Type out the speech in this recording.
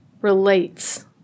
relates